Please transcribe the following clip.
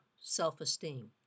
self-esteem